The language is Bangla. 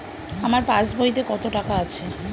আমার পাস বইতে কত টাকা আছে?